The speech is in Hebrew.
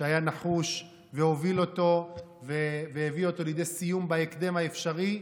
שהיה נחוש והוביל אותו והביא אותו לידי סיום בהקדם האפשרי.